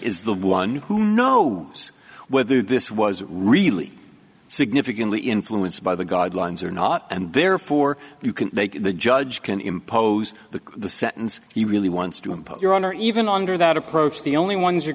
is the one who know whether this was really significantly influenced by the guidelines or not and there before you can the judge can impose the sentence he really wants to impose your honor even under that approach the only ones